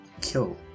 kill